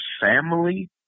family